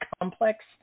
Complex